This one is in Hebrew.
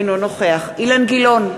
אינו נוכח אילן גילאון,